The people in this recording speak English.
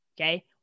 Okay